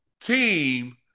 team